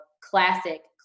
classic